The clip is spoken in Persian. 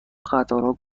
قطارها